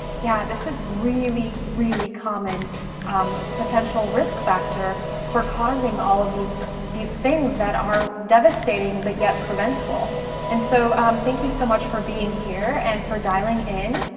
yeah, this is really, really common um potential risk factor for causing all of these these things that are devastating but yet preventable and so thank you so much for being here and for dialing in.